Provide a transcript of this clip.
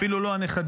אפילו לא הנכדים,